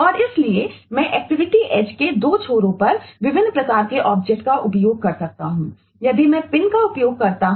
और इसलिए मैं एक्टिविटी एज है जो यहां देता है